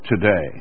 today